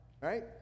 right